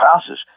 passes